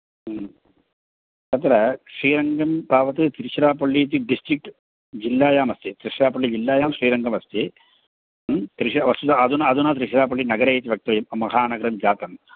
ह्म् तत्र श्रीरङ्गं तावत् त्रिशुरापळ्ळि इति डिस्टिक्ट् जिल्लायाम् अस्ति त्रिशुरापळ्ळि जिल्लायां श्रीरङ्गमस्ति ह्म् त्रिश् वस्तुतः अधुना अधुना त्रिशुरापळ्ळिनगरे इति वक्तव्यं महन्नगरं जातं